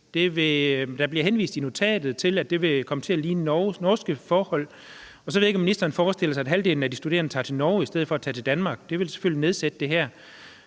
Der bliver i notatet henvist til, at det vil komme til at ligne norske forhold, og så ved jeg ikke, om ministeren forestiller sig, at halvdelen af de studerende tager til Norge i stedet for at tage til Danmark. Det ville selvfølgelig nedsætte det